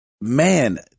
man